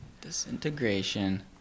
Disintegration